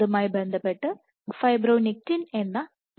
അതുമായി ബന്ധപ്പെട്ട് ഫൈബ്രോനെക്റ്റിൻ എന്ന ഇ